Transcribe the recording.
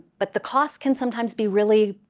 but the costs can sometimes be really,